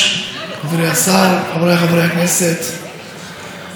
כל מוות של אדם הוא כואב ומצמרר, מצמרר את הלב.